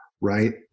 Right